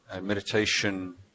Meditation